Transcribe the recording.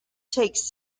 takes